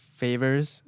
favors